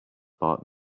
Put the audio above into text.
bought